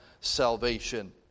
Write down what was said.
salvation